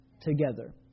together